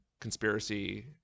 conspiracy